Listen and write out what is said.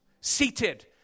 Seated